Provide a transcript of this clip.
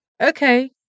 Okay